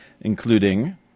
including